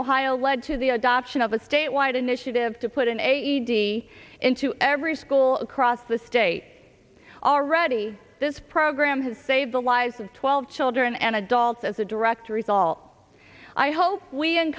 ohio led to the adoption of a statewide initiative to put in a needy into every school across the state already this program has saved the lives of twelve children and adults as a directory's all i hope we in